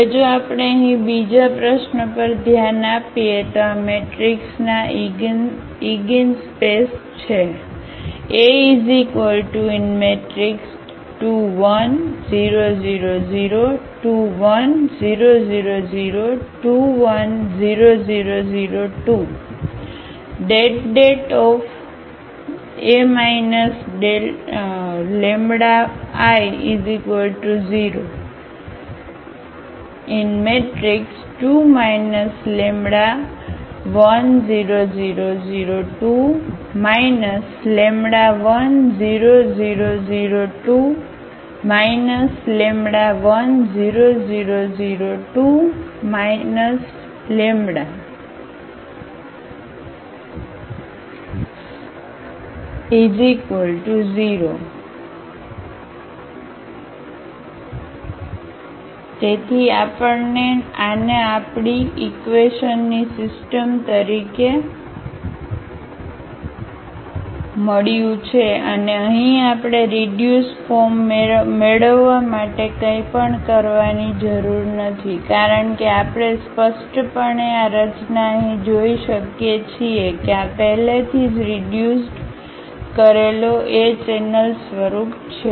હવે જો આપણે અહીં બીજી પ્રશ્ન પર ધ્યાન આપીએ તો આ મેટ્રિક્સના ઇગિનસ્પેસ છે A2 1 0 0 0 2 1 0 0 0 2 1 0 0 0 2 det A λI 0 2 λ 1 0 0 0 2 λ 1 0 0 0 2 λ 1 0 0 0 2 λ 0 તેથી આપણને આને આપણી ઈક્વેશનની સિસ્ટમ તરીકે મળ્યું છે અને અહીં આપણે રીડ્યુસ્ડ ફોર્મ મેળવવા માટે કંઇપણ કરવાની જરૂર નથી કારણ કે આપણે સ્પષ્ટપણે આ રચના અહીં જોઈ શકીએ છીએ કે આ પહેલેથી જ રીડ્યુસ્ડ કરેલો એચેનલ સ્વરૂપ છે